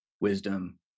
wisdom